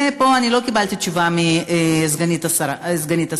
פה לא קיבלתי תשובה מסגנית השר.